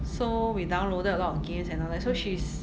so we downloaded a lot of games and all that so she's